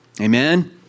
Amen